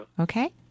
Okay